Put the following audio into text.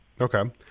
Okay